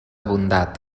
bondat